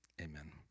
amen